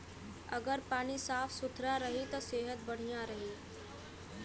अगर पानी साफ सुथरा रही त सेहत बढ़िया रही